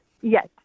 Yes